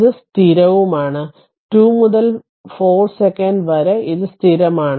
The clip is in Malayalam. ഇത് സ്ഥിരവുമാണ് 2 മുതൽ 4 സെക്കന്റ് വരെ അത് സ്ഥിരമാണ്